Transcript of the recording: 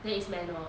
then it's manual